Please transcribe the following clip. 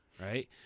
Right